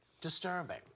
disturbing